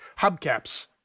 hubcaps